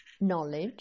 knowledge